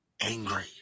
angry